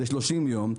ל-30 יום,